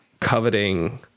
coveting